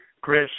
Chris